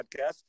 podcast